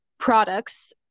products